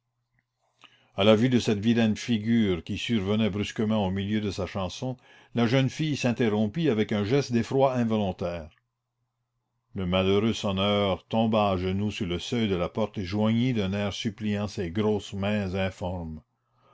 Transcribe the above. à la vue de cette vilaine figure qui survenait brusquement au milieu de sa chanson la jeune fille s'interrompit avec un geste d'effroi involontaire le malheureux sonneur tomba à genoux sur le seuil de la porte et joignit d'un air suppliant ses grosses mains informes